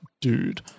dude